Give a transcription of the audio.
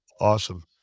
Awesome